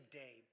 day